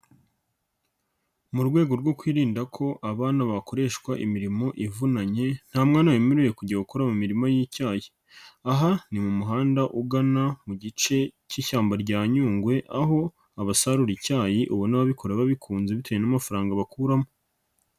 Mu rwego rwo kwirinda ko abana bakoreshwa imirimo ivunanye, nta mwana wemerewe kujya gukora mu mirimo y'icyayi. Aha ni mu muhanda ugana mu gice cy'ishyamba rya nyungwe, aho abasarura icyayi ubona ababikora babikunze bitewe n'amafaranga bakuramo.